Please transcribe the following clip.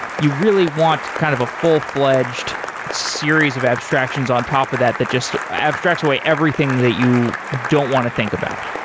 you really want kind of a full-fledged series of abstractions on top of that the just abstracts away everything that you don't want to think about.